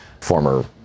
former